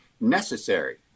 necessary